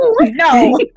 No